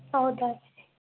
ಹೌದಾ ಸರಿ